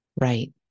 Right